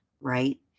right